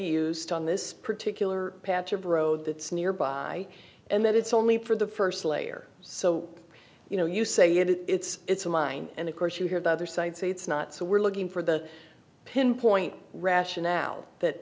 used on this particular patch of road that's nearby and that it's only for the first layer so you know you say it it's a mine and of course you have the other side say it's not so we're looking for the pinpoint rationale that